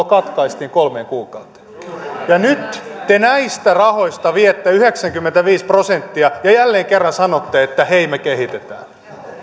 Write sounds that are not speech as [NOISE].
[UNINTELLIGIBLE] katkaistiin kolmeen kuukauteen ja nyt te näistä rahoista viette yhdeksänkymmentäviisi prosenttia ja jälleen kerran sanotte että hei me kehitetään